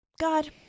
God